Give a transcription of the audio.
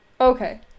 Okay